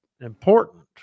important